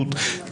אז מה זה משנה?